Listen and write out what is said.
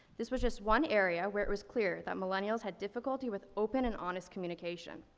this was just one area where it was clear that millennials had difficulty with open and honest communication.